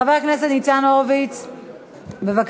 חבר הכנסת ניצן הורוביץ, בבקשה.